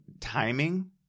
timing